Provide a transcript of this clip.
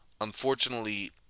unfortunately